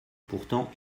pourtant